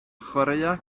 chwaraea